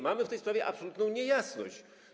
Mamy w tej sprawie absolutną niejasność.